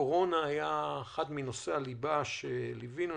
הקורונה הייתה אחד מנושאי הליבה שליווינו.